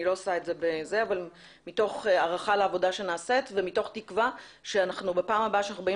אבל מתוך הערכה לעבודה שנעשית ומתוך תקווה שבפעם הבאה שאנחנו באים